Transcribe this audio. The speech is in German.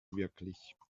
wirklich